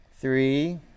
three